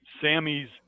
sammy's